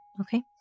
Okay